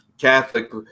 Catholic